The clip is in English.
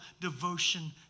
devotion